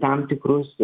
tam tikrus